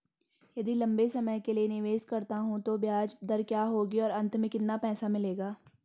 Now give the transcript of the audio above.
यदि लंबे समय के लिए निवेश करता हूँ तो ब्याज दर क्या होगी और अंत में कितना पैसा मिलेगा?